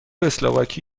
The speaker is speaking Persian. اسلواکی